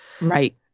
Right